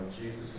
Jesus